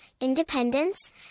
independence